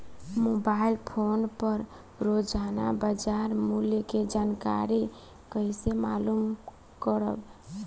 Mobile phone पर रोजाना बाजार मूल्य के जानकारी कइसे मालूम करब?